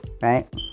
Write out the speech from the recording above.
Right